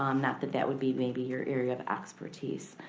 um not that that would be maybe your area of expertise.